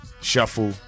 shuffle